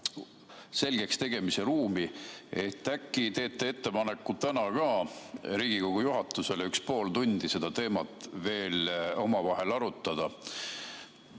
selgeks tegemise ruumi. Äkki teete ettepaneku täna ka Riigikogu juhatusele üks pool tundi seda teemat veel omavahel arutada?